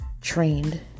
trained